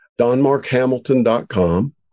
DonmarkHamilton.com